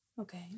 Okay